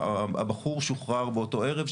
הבחור שוחרר באותו ערב.